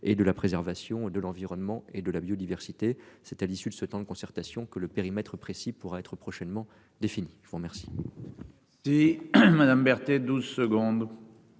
et de la préservation de l'environnement et de la biodiversité. C'est à l'issue de ce temps de concertation que le périmètre précis pour être prochainement défini. Je vous remercie. Si elle Madame Berthet. 12 secondes.